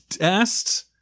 asked